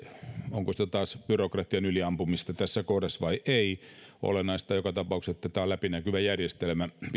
onko se sitten taas byrokratian yliampumista tässä kohdassa vai ei olennaista joka tapauksessa on että tämä on läpinäkyvä järjestelmä